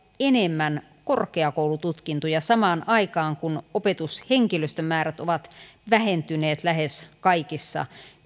enemmän korkeakoulututkintoja samaan aikaan kun opetushenkilöstömäärät ovat vähentyneet lähes kaikissa